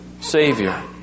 Savior